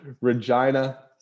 Regina